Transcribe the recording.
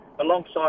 alongside